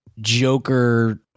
joker